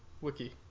wiki